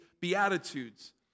beatitudes